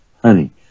honey